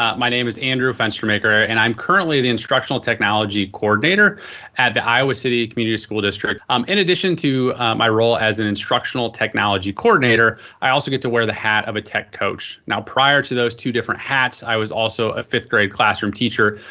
um my name is andrew fenstermaker and i'm currently the instructional technology coordinator at the iowa city community school district. um in addition to my role as an instructional technology coordinator, i also get to wear the hat of a tech coach. now prior to those two different hats i was also a fifth-grade classroom teacher.